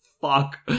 fuck